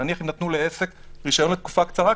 נניח אם נתנו לעסק רישיון לתקופה קצרה,